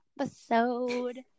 episode